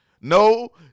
No